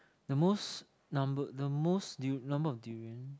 the most number the most du~ number of durian